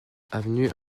avenue